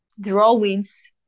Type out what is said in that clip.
drawings